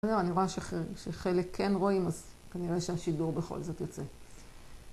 אני רואה שחלק כן רואים, אז כנראה שהשידור בכל זאת יוצא.